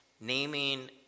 naming